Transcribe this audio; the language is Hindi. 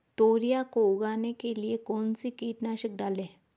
तोरियां को उगाने के लिये कौन सी कीटनाशक डालें?